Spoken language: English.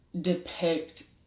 depict